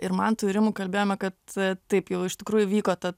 ir mantu ir rimu kalbėjome kad taip jau iš tikrųjų vyko ta